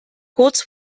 kurz